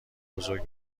بزرگ